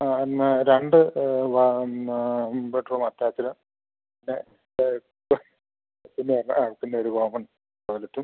ആ എന്നാ രണ്ട് വാ എന്നാ ബെഡ്റൂം അറ്റാച്ച്ഡ് പിന്നെ ഒര് പിന്നെ ആ പിന്നെ ഒരു കോമൺ ടോയിലറ്റ്